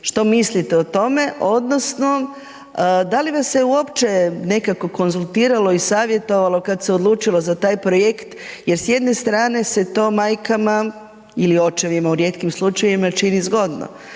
što mislite o tome, odnosno da li vas se uopće nekako konzultirali ili savjetovalo kad se odlučilo za taj projekt jer s jedne strane se to majkama ili očevima u rijetkim slučajevima čini zgodno,